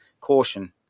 caution